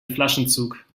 flaschenzug